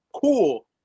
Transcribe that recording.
Cool